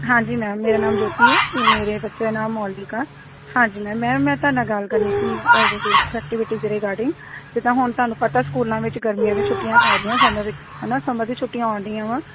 ਹਾਂਜੀ ਮੈਮ ਮੇਰਾ ਨਾਂਅ ਜੋਤੀ ਐ ਤੇ ਮੇਰੇ ਬੱਚੇ ਦਾ ਨਾਮ ਮਲਿਕ ਆ ਹਾਂਜੀ ਮੈਮ ਮੈਂ ਤਾਡੇ ਨਾਲ ਗੱਲ ਕਰਨੀ ਸੀ ਐਕਟੀਵਿਟਸ ਦੇ ਰਿਗਾਡਿੰਗ ਜਿੱਦਾਂ ਹੁਣ ਤੁਹਾਨੂੰ ਪਤਾ ਸਕੂਲਾਂ ਵਿੱਚ ਗਰਮੀਆਂ ਦੀਆਂ ਛੁੱਟੀਆਂ ਪੈ ਰਹੀਆਂ ਸਮਰ ਵਿੱਚ ਹੈਨਾ ਸਮਰ ਦੀਆਂ ਛੁੱਟੀਆਂ ਔਣ ਡਈਆਂ ਵਾ